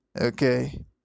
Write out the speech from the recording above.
okay